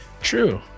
true